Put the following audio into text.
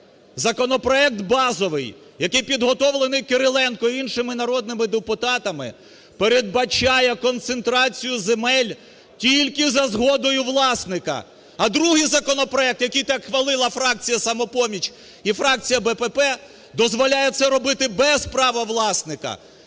Законопроект базовий, який підготовлений Кириленком і іншими народними депутатами, передбачає концентрацію земель тільки за згодою власника. А другий законопроект, який так хвалила фракція "Самопоміч" і фракція БПП, дозволяє це робити без права власника!